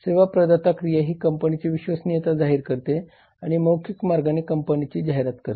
सेवा प्रदाता क्रिया ही कंपनीची विश्वसनीयता जाहिर करते आणि मौखिक मार्गाने कंपनीची जाहिरात करते